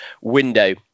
window